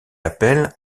appel